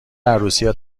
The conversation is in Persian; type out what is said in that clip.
عروسی